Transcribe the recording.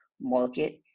market